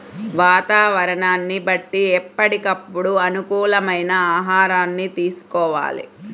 వాతావరణాన్ని బట్టి ఎప్పటికప్పుడు అనుకూలమైన ఆహారాన్ని తీసుకోవాలి